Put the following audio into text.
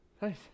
Nice